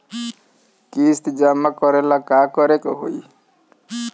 किस्त जमा करे ला का करे के होई?